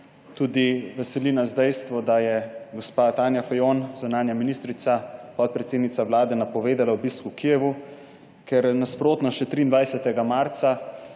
tudi dejstvo, da je gospa Tanja Fajon, zunanja ministrica, podpredsednica Vlade, napovedala obisk v Kijevu, ker je nasprotno še 23. marca